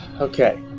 okay